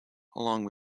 along